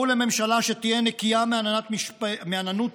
בואו לממשלה שתהיה נקייה מעננות משפטית,